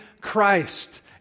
Christ